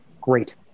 Great